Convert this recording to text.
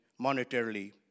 monetarily